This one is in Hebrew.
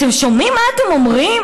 אתם שומעים מה אתם אומרים?